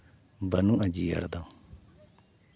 ᱵᱟᱹᱱᱩᱜᱼᱟ ᱡᱤᱭᱟᱹᱲᱫᱚ